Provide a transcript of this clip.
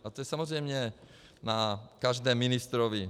A to je samozřejmě na každém ministrovi.